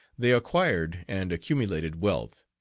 they acquired and accumulated wealth,